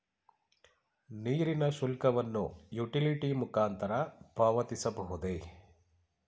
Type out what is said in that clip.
ನೀರಿನ ಶುಲ್ಕವನ್ನು ಯುಟಿಲಿಟಿ ಮುಖಾಂತರ ಪಾವತಿಸಬಹುದೇ?